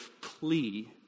plea